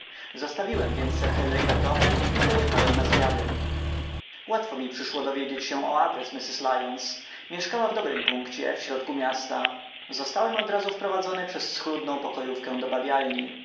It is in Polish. zostawiłem więc sir henryka w domu i pojechałem na zwiady łatwo mi przyszło dowiedzieć się o adresie mrs lyons mieszkała w dobrym punkcie w środku miasta zostałem odrazu wprowadzony przez schludną pokojówkę do